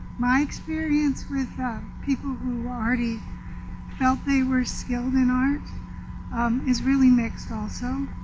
my experience with um people who already felt they were skilled in art is really mixed also.